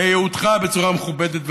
לייעודך, בצורה מכובדת ועצמאית.